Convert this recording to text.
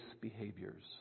behaviors